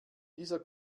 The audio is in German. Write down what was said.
dieser